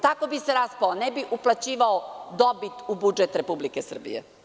Tako bi se raspao, a ne bi uplaćivao dobit u budžet Republike Srbije.